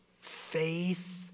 Faith